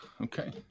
okay